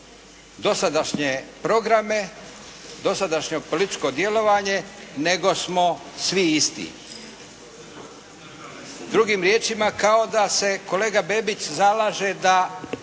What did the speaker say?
dosadašnje programe, dosadašnje političko djelovanje nego smo svi isti. Drugim riječima kao da se kolega Bebić zalaže da